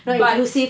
but